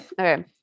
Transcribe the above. okay